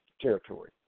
territory